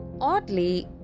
Oddly